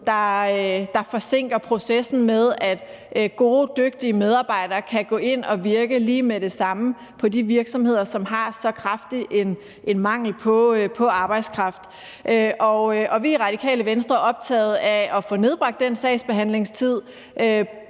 der forsinker processen med at gode, dygtige medarbejdere kan gå ind og virke lige med det samme på de virksomheder, som har så kraftig en mangel på arbejdskraft. Og vi er i Radikale Venstre optaget af at få nedbragt den sagsbehandlingstid,